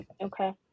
okay